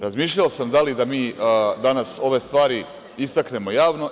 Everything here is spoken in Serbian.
Razmišljao da li da mi danas ove stvari istaknemo javno.